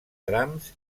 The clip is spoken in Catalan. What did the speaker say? trams